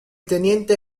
teniente